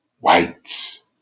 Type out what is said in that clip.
whites